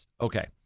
Okay